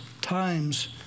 times